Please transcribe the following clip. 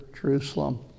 Jerusalem